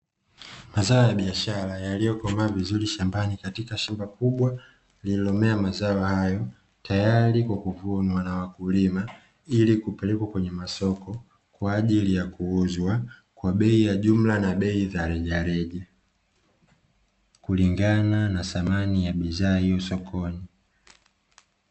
Mazao ya biashara yaliyokomaa vizuri shambani katika shamba kubwa, lililomea mazao hayo tayari kwa kuvunwa na wakulima ili kupelekwa kwenye masoko kwa ajili ya kuuzwa, kwa bei ya jumla na bei za rejareja kulingana na thamani ya bidhaa hiyo sokoni.